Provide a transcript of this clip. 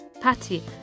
Patty